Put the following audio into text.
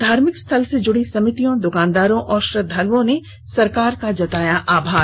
धार्भिक स्थल से जुड़ी समितियों दुकानदारों और श्रद्वालुओं ने सरकार का जताया आभार